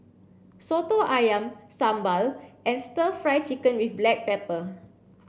Soto Ayam Sambal and stir fry chicken with black pepper